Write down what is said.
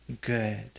good